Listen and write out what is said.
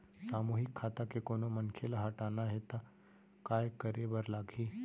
सामूहिक खाता के कोनो मनखे ला हटाना हे ता काय करे बर लागही?